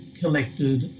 collected